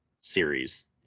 series